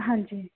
ਹਾਂਜੀ